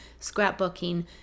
scrapbooking